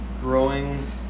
growing